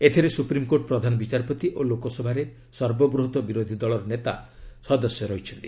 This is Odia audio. ଏଥିରେ ସୁପ୍ରିମ୍କୋର୍ଟ ପ୍ରଧାନ ବିଚାରପତି ଓ ଲୋକସଭାରେ ସର୍ବବୃହତ୍ ବିରୋଧୀ ଦଳର ନେତା ସଦସ୍ୟ ରହିଛନ୍ତି